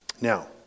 Now